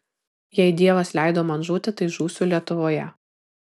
jei dievas leido man žūti tai žūsiu lietuvoje